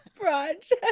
project